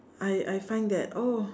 I I find that oh